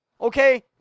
Okay